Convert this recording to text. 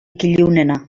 ilunena